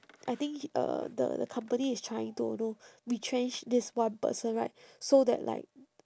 I think uh the the company is trying to you know retrench this one person right so that like